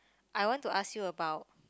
I want to ask you about